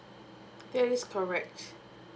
that is correct